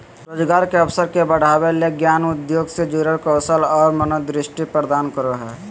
रोजगार के अवसर के बढ़ावय ले ज्ञान उद्योग से जुड़ल कौशल और मनोदृष्टि प्रदान करो हइ